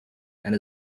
and